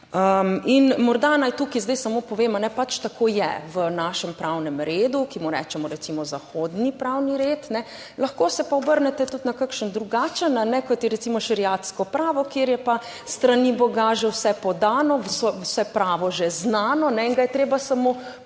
In morda naj tukaj zdaj samo povem, pač tako je v našem pravnem redu, ki mu rečemo recimo zahodni pravni red, lahko se pa obrnete tudi na kakšen drugačen kot je recimo šeriatsko pravo, kjer je pa s strani Boga že vse podano, vse pravo že znano in ga je treba samo poiskati.